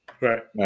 Right